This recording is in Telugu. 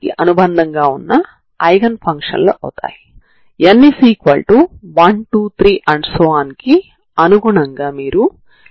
ఇది లైన్ అవుతుంది మరియు ఇది లైన్ అవుతుంది 0 నుండి 0 వరకు మారుతూ ఉంటుంది